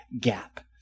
gap